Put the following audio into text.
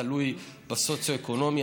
תלוי בסוציו-אקונומי,